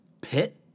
pit